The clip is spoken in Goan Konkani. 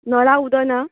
नळा उदक ना